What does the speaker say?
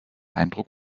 eindruck